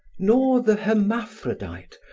nor the hermaphrodite,